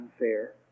unfair